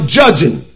judging